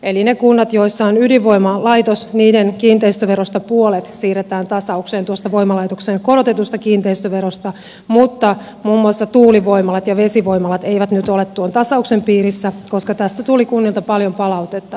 eli niiden kuntien joissa on ydinvoimalaitos kiinteistöverosta puolet siirretään tasaukseen tuosta voimalaitoksen korotetusta kiinteistöverosta mutta muun muassa tuulivoimalat ja vesivoimalat eivät nyt ole tuon tasauksen piirissä koska tästä tuli kunnilta paljon palautetta